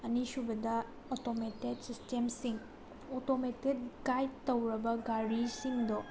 ꯑꯅꯤꯁꯨꯕꯗ ꯑꯧꯇꯣꯃꯦꯇꯦꯠ ꯁꯤꯁꯇꯦꯝꯁꯤꯡ ꯑꯧꯇꯣꯃꯦꯇꯦꯠ ꯒꯥꯏꯗ ꯇꯧꯔꯕ ꯒꯥꯔꯤꯁꯤꯡꯗꯣ